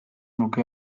nuke